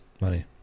money